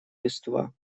листва